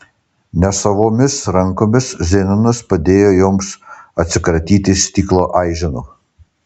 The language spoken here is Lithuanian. nesavomis rankomis zenonas padėjo joms atsikratyti stiklo aiženų